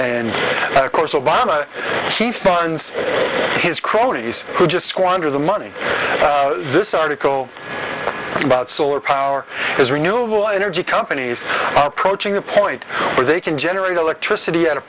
and of course obama he finds his cronies who just squander the money this article about solar power is renewable energy companies are approaching the point where they can generate electricity at a